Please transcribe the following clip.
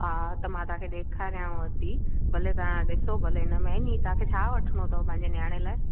हा त मां तव्हांखे ॾेखारियांव थी भले तव्हां ॾिसो भले हिन में आहे नी तव्हांखे छा वठिणो अथव पंहिंजे नियाणे लाइ